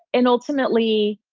and ultimately,